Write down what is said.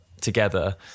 together